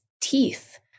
teeth